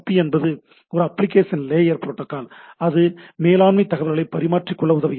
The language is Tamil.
பி என்பது ஒரு அப்ளிகேஷன் லேயர் புரோட்டோக்கால் அது மேலாண்மை தகவல்களை பரிமாறிக்கொள்ள உதவுகிறது